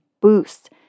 boost